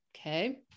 Okay